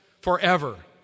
forever